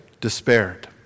despaired